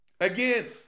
Again